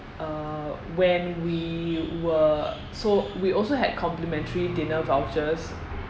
uh when we were so we also had complimentary dinner vouchers